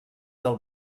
del